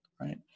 right